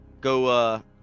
go